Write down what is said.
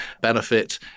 benefit